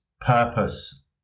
purpose